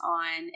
on